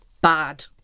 bad